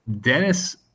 Dennis